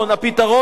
הפתרון הוא,